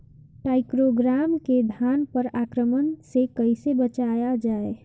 टाइक्रोग्रामा के धान पर आक्रमण से कैसे बचाया जाए?